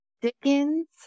Dickens